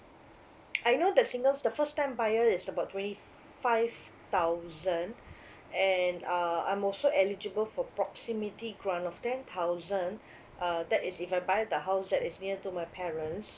I know the singles the first time buyer it's about twenty five thousand and uh I'm also eligible for proximity grant of ten thousand uh that is if I buy the house that is near to my parents